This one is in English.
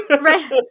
Right